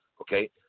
Okay